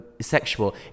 sexual